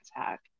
attack